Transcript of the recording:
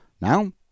Now